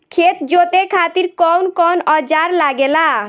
खेत जोते खातीर कउन कउन औजार लागेला?